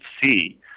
see